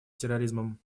терроризмом